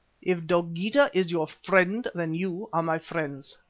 if dogeetah is your friend, then you are my friends,